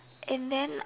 and then